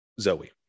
zoe